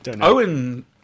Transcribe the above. Owen